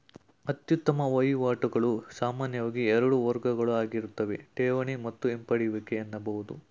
ಅತ್ಯುತ್ತಮ ವಹಿವಾಟುಗಳು ಸಾಮಾನ್ಯವಾಗಿ ಎರಡು ವರ್ಗಗಳುಆಗಿರುತ್ತೆ ಠೇವಣಿ ಮತ್ತು ಹಿಂಪಡೆಯುವಿಕೆ ಎನ್ನಬಹುದು